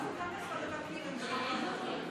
גם בברכת יום ההולדת שלך אמרתי.